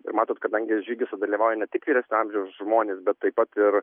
ir matot kadangi žygiuose dalyvauja ne tik vyresnio amžiaus žmonės bet taip pat ir